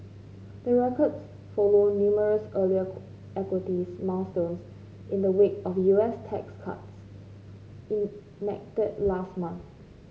the records follow numerous earlier equities milestones in the wake of U S tax cuts enacted last month